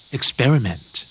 Experiment